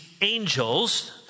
angels